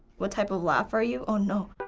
what type of laugh are you? oh no.